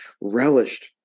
relished